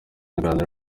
aganira